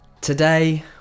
Today